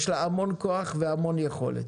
יש לה המון כוח והמון יכולת,